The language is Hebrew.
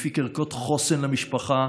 מפיק ערכות חוסן למשפחה.